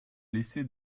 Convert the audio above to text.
laissé